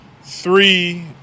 three